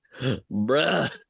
Bruh